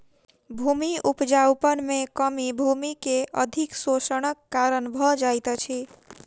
भूमि उपजाऊपन में कमी भूमि के अधिक शोषणक कारण भ जाइत अछि